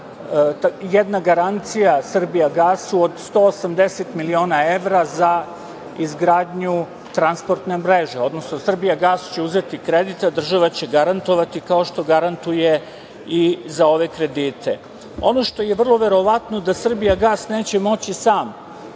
jedna garancija Srbijagasu od 180 miliona evra za izgradnju transportne mreže tj. Srbijagas će uzeti kredit, a država će garantovati, kao što garantuje i za ove kredite. Ono što je vrlo verovatno je da Srbijagas neće moći sam